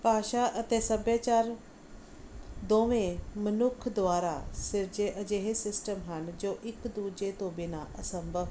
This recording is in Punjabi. ਭਾਸ਼ਾ ਅਤੇ ਸੱਭਿਆਚਾਰ ਦੋਵੇਂ ਮਨੁੱਖ ਦੁਆਰਾ ਸਿਰਜੇ ਅਜਿਹੇ ਸਿਸਟਮ ਹਨ ਜੋ ਇੱਕ ਦੂਜੇ ਤੋਂ ਬਿਨਾਂ ਅਸੰਭਵ ਹਨ